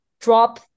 drop